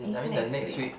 is next week